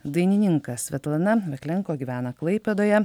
dainininkas svetlana veklenko gyvena klaipėdoje